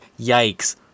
yikes